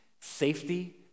Safety